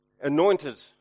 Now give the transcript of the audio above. anointed